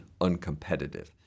uncompetitive